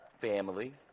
Family